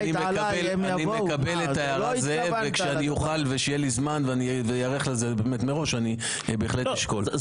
אוקיי, אני אתייחס בסוף לדבריך.